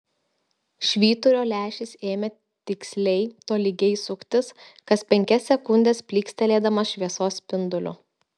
švyturio lęšis ėmė tiksliai tolygiai suktis kas penkias sekundes plykstelėdamas šviesos spinduliu